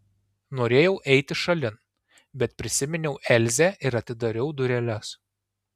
norėjau eiti šalin bet prisiminiau elzę ir atidariau dureles